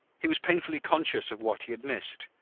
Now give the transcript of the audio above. he was painfully conscious of what he had missed,